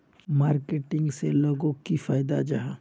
Marketing से लोगोक की फायदा जाहा?